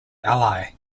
ally